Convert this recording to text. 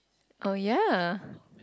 oh ya